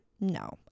No